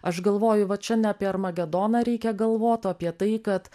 aš galvoju va čia ne apie armagedoną reikia galvot o apie tai kad